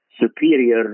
superior